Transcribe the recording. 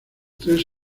tres